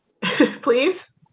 please